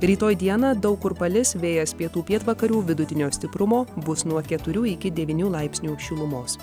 rytoj dieną daug kur palis vėjas pietų pietvakarių vidutinio stiprumo bus nuo keturių iki devynių laipsnių šilumos